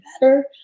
better